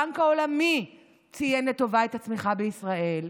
הבנק העולמי ציין לטובה את הצמיחה בישראל,